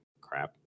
crap